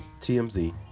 TMZ